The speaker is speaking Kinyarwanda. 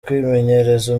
kwimenyereza